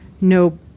no